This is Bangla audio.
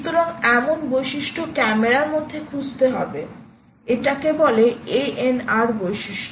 সুতরাং এমন বৈশিষ্ট্য ক্যামেরার মধ্যে খুঁজতে হবে এটাকে বলে ANR বৈশিষ্ট্য